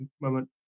moment